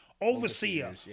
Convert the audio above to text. overseer